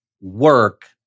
work